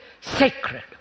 sacred